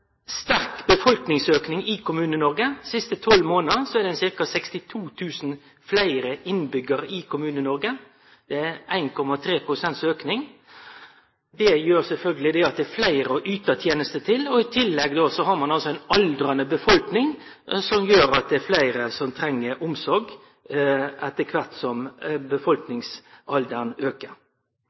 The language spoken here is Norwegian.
sterk befolkningsauke i Kommune-Noreg, dei siste tolv månadene er det blitt ca 62 000 fleire innbyggjarar i Kommune-Noreg. Det er ein auke på 1,3 pst. Det gjer sjølvsagt at det er fleire å yte tenester til. I tillegg har ein altså ei aldrande befolkning, som gjer at det er fleire som treng omsorg etter kvart som befolkningsalderen aukar.